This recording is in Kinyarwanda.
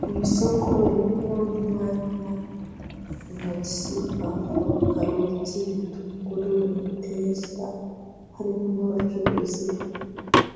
Mu isoko ririmo inyanya, intoryi, pavuro, karoti, ibitunguru, imiteja, harimo n'abacuruzi